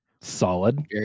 Solid